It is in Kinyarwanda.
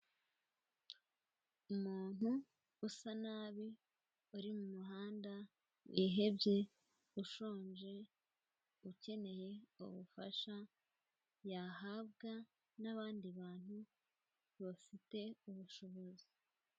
Umuntu usa nabi uri mu muhanda, wihebye, ushonje, ukeneye ubufasha yahabwa n'abandi bantu bafite ubushobozi.